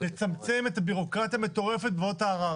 לצמצם את הבירוקרטיה המטורפת בוועדת הערר.